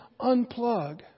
unplug